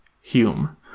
Hume